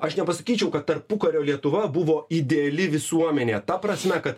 aš nepasakyčiau kad tarpukario lietuva buvo ideali visuomenė ta prasme kad